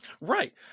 Right